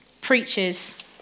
preaches